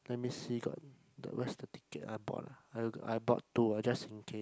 let me see got the where's the picture I bought ah I I bought two ju~ just in case